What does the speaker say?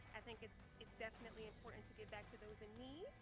i think it's it's definitely important to give back to those in need,